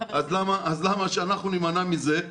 למה שאנחנו נימנע מזה?